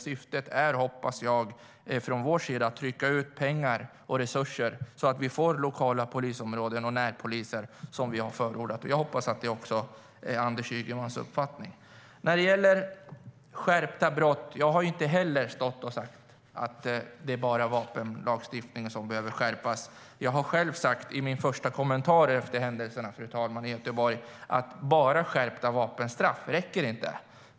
Syftet från vår sida är att trycka ut pengar och resurser så att vi får lokala polisområden och närpoliser, vilket vi har förordat. Jag hoppas att detta också är Anders Ygemans uppfattning. Jag har inte sagt att det räcker att vapenlagstiftningen skärps. I min första kommentar till händelserna i Göteborg sa jag att bara skärpta vapenstraff inte räcker.